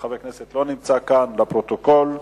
חבר הכנסת לא נמצא כאן, והתשובה היא לפרוטוקול.